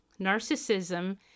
narcissism